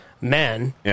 men